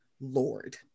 Lord